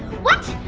what!